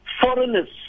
foreigners